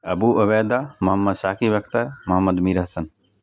Abu Ubaidah Muhammad Saqib Akhtar Muhammad Mir Hasan